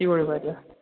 কি কৰিবা এতিয়া